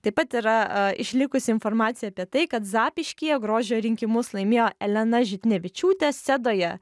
taip pat yra išlikusi informacija apie tai kad zapyškyje grožio rinkimus laimėjo elena žitnevičiūtė sedoje